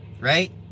right